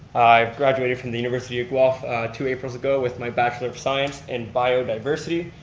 i graduated from the university of guelph two aprils ago with my batchelor of science in biodiversity.